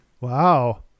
Wow